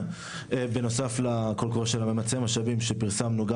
בנוסף לקול קורא ממצא משאבים שפרסמנו גם